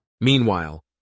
Meanwhile